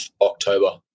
October